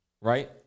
Right